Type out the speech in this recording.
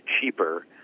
cheaper